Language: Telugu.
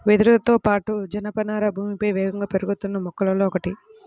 వెదురుతో పాటు, జనపనార భూమిపై వేగంగా పెరుగుతున్న మొక్కలలో ఒకటి